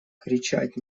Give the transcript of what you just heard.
кричать